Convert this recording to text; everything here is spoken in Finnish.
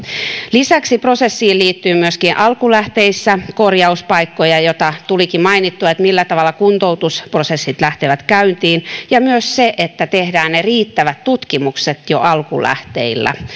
lisäksi prosessiin liittyy myöskin alkulähteissä korjauspaikkoja jotka tulikin mainittua millä tavalla kuntoutusprosessit lähtevät käyntiin ja myös se että tehdään ne riittävät tutkimukset jo alkulähteillä